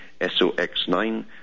SOX9